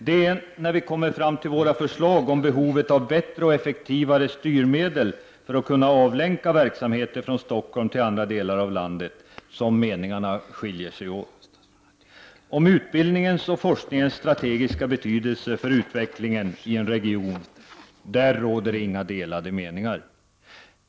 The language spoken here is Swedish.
Det är när vi kommer fram till våra förslag om behovet av bättre och effektivare styrmedel för att kunna länka verksamheter från Stockholm till andra delar av landet som meningarna skiljer sig åt. Om utbildningens och forskningens strategiska betydelse för utvecklingen i en region råder inga delade meningar.